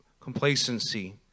complacency